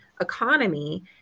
economy